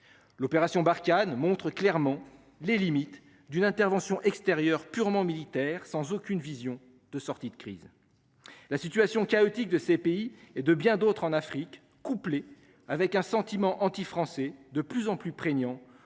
L'opération Barkhane montre clairement les limites d'une intervention extérieure purement militaire, sans aucune vision de sortie de crise. La situation chaotique de ces pays et de bien d'autres en Afrique couplée avec un sentiment anti-français de plus en plus prégnant